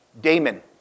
Damon